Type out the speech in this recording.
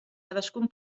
cadascun